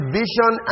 vision